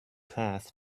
path